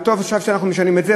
וטוב שאנחנו עכשיו משנים את זה,